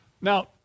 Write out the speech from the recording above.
Now